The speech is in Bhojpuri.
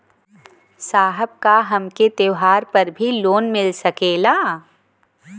साहब का हमके त्योहार पर भी लों मिल सकेला?